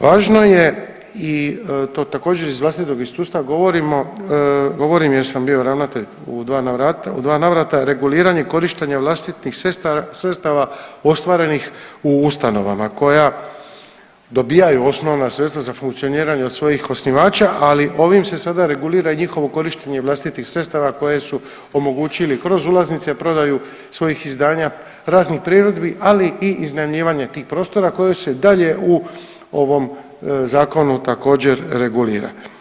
Važno je i to također iz vlastitog iskustva govorimo, govorim jer sam bio ravnatelj u dva navrata, reguliranje korištenja vlastitih sredstava ostvarenih u ustanovama koja dobijaju osnovna sredstva za funkcioniranje od svojih osnivača, ali ovim se sada regulira i njihovo korištenje vlastitih sredstava koje su omogućili kroz ulaznice i prodaju svojih izdanja, raznih priredbi, ali i iznajmljivanje tih prostora koji se i dalje u ovom zakonu također regulira.